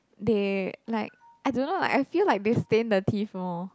they like I don't know lah I feel like they stain the teeth more